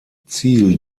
ziel